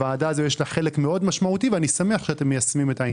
לוועדה הזו יש חלק מאוד משמעותי ואני שמח שאתם מיישמים את זה.